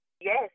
Yes